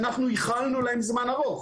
שאנחנו ייחלנו להם זמן רב.